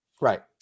Right